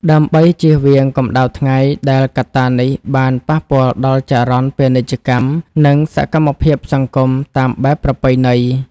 ដើម្បីជៀសវាងកម្ដៅថ្ងៃដែលកត្តានេះបានប៉ះពាល់ដល់ចរន្តពាណិជ្ជកម្ម និងសកម្មភាពសង្គមតាមបែបប្រពៃណី។